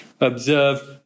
observe